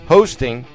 Hosting